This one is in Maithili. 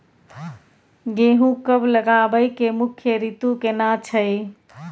गेहूं कब लगाबै के मुख्य रीतु केना छै?